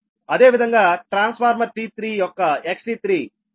అదేవిధంగా transformer T3 యొక్క XT3